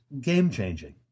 game-changing